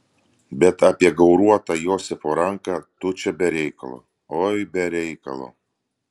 bet apie gauruotą josifo ranką tu čia be reikalo oi be reikalo